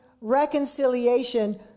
reconciliation